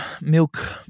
milk